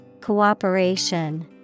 Cooperation